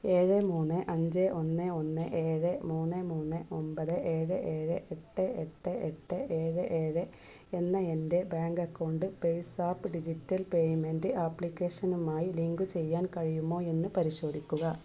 ഏഴ് മൂന്ന് അഞ്ച് ഒന്ന് ഒന്ന് ഏഴ് മൂന്ന് മൂന്ന് ഒമ്പത് ഏഴ് ഏഴ് എട്ട് എട്ട് എട്ട് ഏഴ് ഏഴ് എന്ന എൻ്റെ bank account PayZapp digital payment ആപ്ലിക്കേഷനുമായി ലിങ്ക് ചെയ്യാൻ കഴിയുമോ എന്ന് പരിശോധിക്കുക